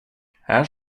här